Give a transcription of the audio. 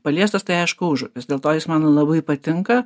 paliestas tai aišku užupis dėl to jis man labai patinka